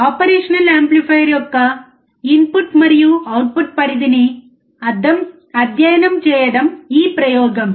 operational amplifier యొక్క input మరియు output పరిధిని అధ్యయనం చేయడం ఈ ప్రయోగం